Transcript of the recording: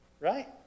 right